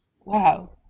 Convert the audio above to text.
Wow